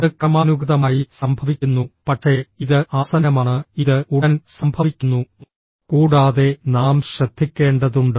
അത് ക്രമാനുഗതമായി സംഭവിക്കുന്നു പക്ഷേ ഇത് ആസന്നമാണ് ഇത് ഉടൻ സംഭവിക്കുന്നു കൂടാതെ നാം ശ്രദ്ധിക്കേണ്ടതുണ്ട്